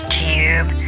tube